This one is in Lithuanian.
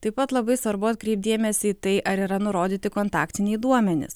taip pat labai svarbu atkreipt dėmesį į tai ar yra nurodyti kontaktiniai duomenys